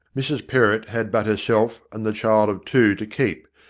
mrs perrott had but herself and the child of two to keep,